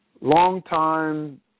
longtime